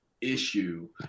issue